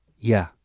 yeah,